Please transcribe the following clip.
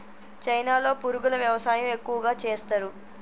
చైనాలో పురుగుల వ్యవసాయం ఎక్కువగా చేస్తరు